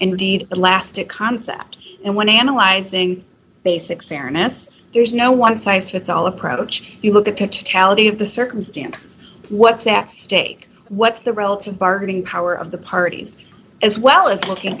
indeed elastic concept and when analyzing basic fairness there is no one size fits all approach you look at pictures talladega of the circumstances what's at stake what's the relative bargaining power of the parties as well as looking